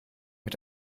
mit